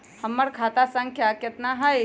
हमर खाता संख्या केतना हई?